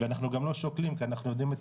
ואנחנו לא שוקלים כי אנחנו יודעים את